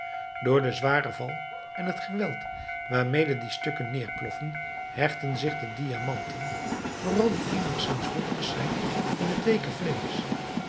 door den zwaren val en het geweld waarmede die stukken nederploffen hechten zich de diamanten vooral die eenigzins hoekig zijn in het weeke vleesch